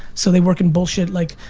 so they work in bullshit like.